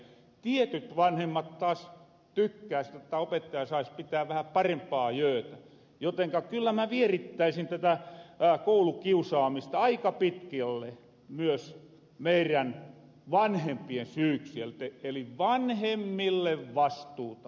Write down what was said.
tietyt vanhemmat taas tykkäis että opettaja sais pitää vähän parempaa jöötä jotenka kyllä mä vierittäisin tätä koulukiusaamista aika pitkälle myös meirän vanhempien syyksi eli vanhemmille vastuuta